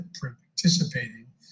participating